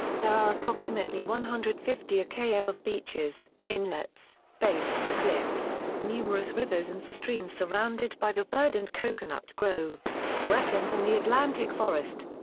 there are approximately one hundred and fifty km of beaches, inlets, bays, cliffs, numerous rivers and streams surrounded by the verdant coconut groves, wetlands and the atlantic forest.